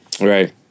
Right